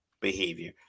behavior